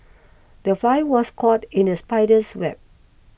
the fly was caught in the spider's web